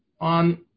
on